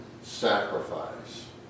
sacrifice